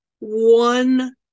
one